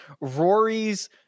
Rory's